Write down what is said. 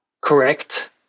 correct